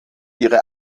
ihre